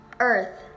Earth